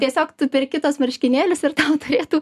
tiesiog tu perki tuos marškinėlius ir tau turėtų